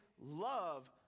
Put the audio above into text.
love